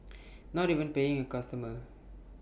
not even paying A customer